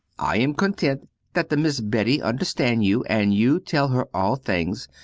i am content that the miss betty understand you and you tell her all things,